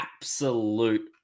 absolute